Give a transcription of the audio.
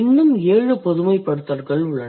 இன்னும் 7 பொதுமைப்படுத்தல்கள் உள்ளன